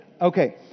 Okay